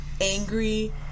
angry